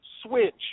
switch